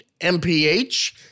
mph